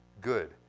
good